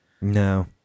No